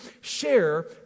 share